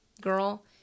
Girl